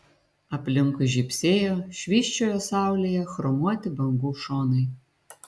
aplinkui žybsėjo švysčiojo saulėje chromuoti bangų šonai